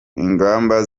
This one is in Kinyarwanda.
ingamba